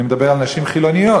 אני מדבר על נשים חילוניות.